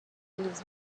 weeds